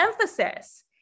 emphasis